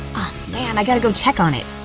ah man, i gotta go check on it.